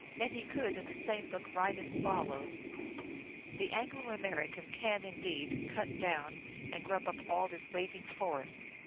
yet he could in the same book write as follows the anglo-american can indeed cut down and grub up all this waving forest,